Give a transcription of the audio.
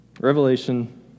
Revelation